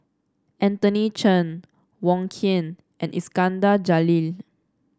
Anthony Chen Wong Keen and Iskandar Jalil